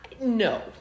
No